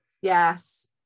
Yes